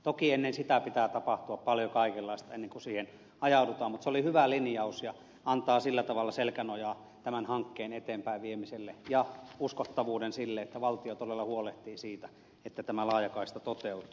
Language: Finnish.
toki ennen sitä pitää tapahtua paljon kaikenlaista ennen kuin siihen ajaudutaan mutta se oli hyvä linjaus ja antaa sillä tavalla selkänojaa tämän hankkeen eteenpäinviemiselle ja uskottavuuden sille että valtio todella huolehtii siitä että tämä laajakaista toteutuu